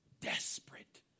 desperate